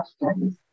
questions